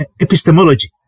epistemology